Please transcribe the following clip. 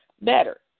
better